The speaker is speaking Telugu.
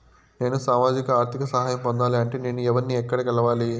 నేను సామాజిక ఆర్థిక సహాయం పొందాలి అంటే నేను ఎవర్ని ఎక్కడ కలవాలి?